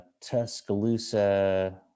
Tuscaloosa